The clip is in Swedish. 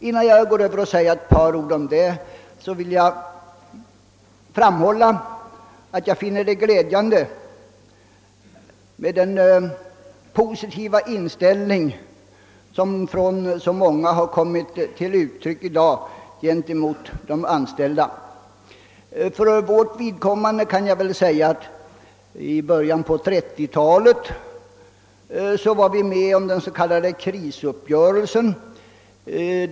Innan jag övergår till huvudämnet vill jag framhålla att jag finner den positiva inställning till de anställda, som i dag från så många håll kommit till uttryck, vara glädjande. För vårt vidkommande vill jag i detta sammanhang påminna om tiden för den s.k. krisuppgörelsen i början på 1930-talet.